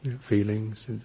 Feelings